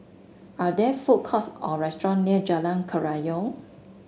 are there food courts or restaurant near Jalan Kerayong